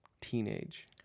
teenage